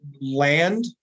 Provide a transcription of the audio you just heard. land